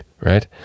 right